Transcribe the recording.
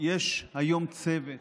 יש היום צוות